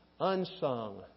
unsung